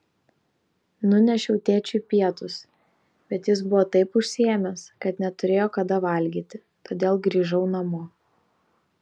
nunešiau tėčiui pietus bet jis buvo taip užsiėmęs kad neturėjo kada valgyti todėl grįžau namo